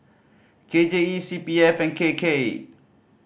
K J E C P F and K K